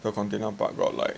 so container park got like